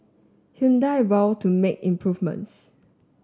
Hyundai vow to make improvements